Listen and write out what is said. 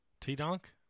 T-Donk